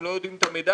הם לא יודעים את המידע.